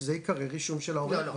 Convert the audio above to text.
שזה ייקרה רישום של ההורה כבר.